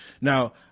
Now